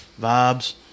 vibes